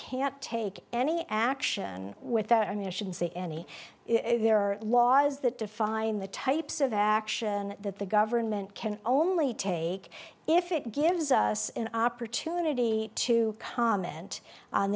can't take any action with that i mean i shouldn't say any if there are laws that define the types of action that the government can only take if it gives us an opportunity to comment on